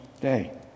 day